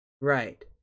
right